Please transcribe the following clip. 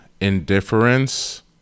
indifference